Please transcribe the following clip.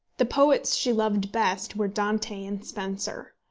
the poets she loved best were dante and spenser.